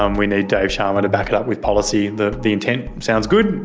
um we need dave sharma to back it up with policy. the the intent sounds good.